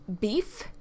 Beef